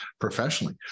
professionally